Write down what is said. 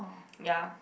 ya